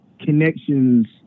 connections